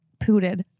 Pooted